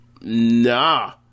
nah